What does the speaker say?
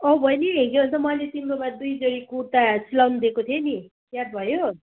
औ बहिनी के भन्छ मैले तिम्रोमा दुई जोडी कुर्ता सिलाउनु दिएको थिएँ नि याद भयो